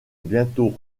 bientôt